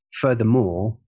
furthermore